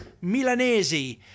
milanese